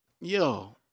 Yo